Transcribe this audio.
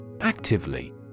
Actively